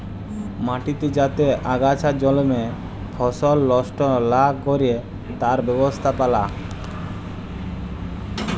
মাটিতে যাতে আগাছা জল্মে ফসল লস্ট লা ক্যরে তার ব্যবস্থাপালা